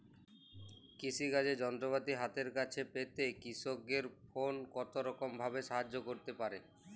কৃষিকাজের যন্ত্রপাতি হাতের কাছে পেতে কৃষকের ফোন কত রকম ভাবে সাহায্য করতে পারে?